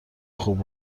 خوب